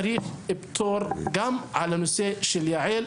צריך פטור גם על הנושא של יע"ל,